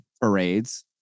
parades